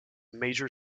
major